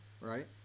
right